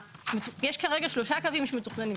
יש כרגע שלושה קווים שמתוכננים,